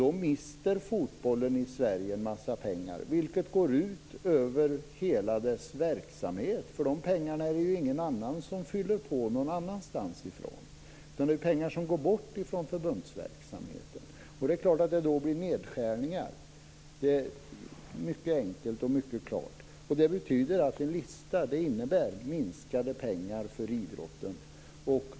Då mister fotbollen i Sverige en massa pengar, vilket går ut över hela dess verksamhet. De pengarna är det ju ingen annan som fyller på någon annanstans ifrån. Det är pengar som går bort från förbundsverksamheten. Det är klart att det då blir nedskärningar. Det är mycket enkelt och mycket klart. Det betyder att en lista innebär minskade pengar för idrotten.